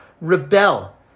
rebel